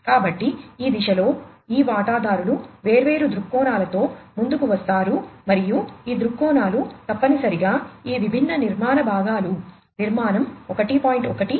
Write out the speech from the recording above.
కాబట్టి ఈ దశలో ఈ వాటాదారులు వేర్వేరు దృక్కోణాలతో ముందుకు వస్తారు మరియు ఈ దృక్కోణాలు తప్పనిసరిగా ఈ విభిన్న నిర్మాణ భాగాలు నిర్మాణం 1